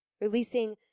Releasing